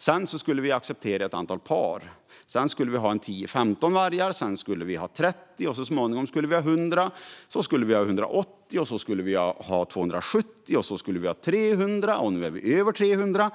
Sedan skulle vi acceptera ett antal par. Sedan skulle vi ha 10-15 vargar, sedan skulle vi ha 30 och så småningom skulle vi ha 100. Sedan skulle vi ha 180, sedan skulle vi ha 270 och sedan skulle vi ha 300. Nu är det är över 300,